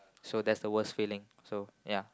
so that's the worst feeling so ya